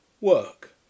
work